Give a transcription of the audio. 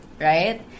right